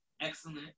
excellent